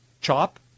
CHOP